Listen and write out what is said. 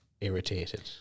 irritated